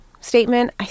statement